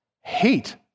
hate